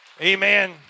amen